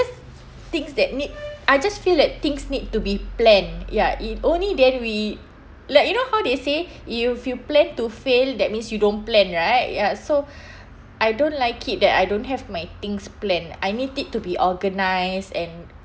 things that need I just feel that things need to be planned ya it only then we like you know how they say if you plan to fail that means you don't plan right ya so I don't like it that I don't have my things planned I need it to be organised and